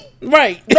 right